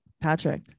Patrick